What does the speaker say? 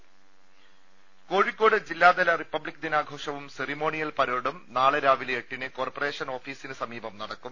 രാള കോഴിക്കോട് ജില്ലാതല റിപ്പബ്ലിക് ദിനാഘോഷവും സെറിമോണിയൽ പരേഡും നാളെ രാവിലെ എട്ടിന് കോർപ്പറേഷൻ ഓഫിസിന് സമീപം നടക്കും